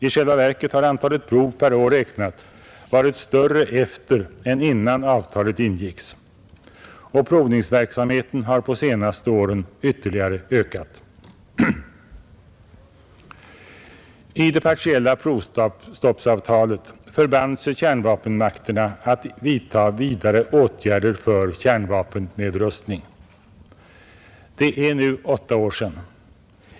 I själva verket har antalet prov per år räknat varit större efter det avtalet ingicks än innan, och provningsverksamheten har på senare år ytterligare ökat. I det partiella provstoppsavtalet förband sig kärnvapenmakterna att vidtaga vidare åtgärder för kärnvapennedrustning. Det är nu åtta år sedan.